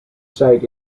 sight